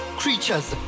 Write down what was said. creatures